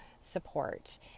support